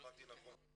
אם הבנתי נכון.